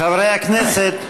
חברי הכנסת,